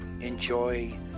enjoy